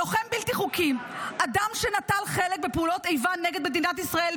לוחם בלתי חוקי: "אדם שנטל חלק בפעולות איבה נגד מדינת ישראל,